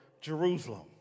Jerusalem